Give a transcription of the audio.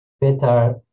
better